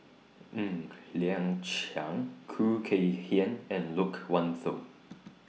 Ng Liang Chiang Khoo Kay Hian and Loke Wan Tho